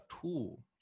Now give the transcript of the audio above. tool